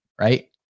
right